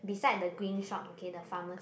beside the green shop okay the pharmacy